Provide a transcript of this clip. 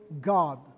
God